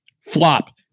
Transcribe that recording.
flop